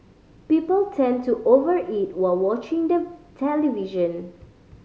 people tend to over eat while watching the television